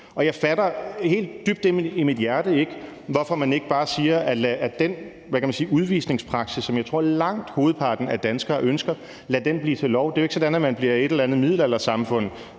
jeg fatter helt dybt inde i mit hjerte ikke, hvorfor man ikke bare lader den udvisningspraksis, som jeg tror langt hovedparten af danskere ønsker, blive til lov. Det er jo ikke sådan, at man bliver et eller andet middelaldersamfund